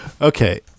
okay